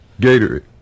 Gatorade